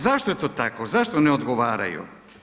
Zašto je to tako, zašto ne odgovaraju?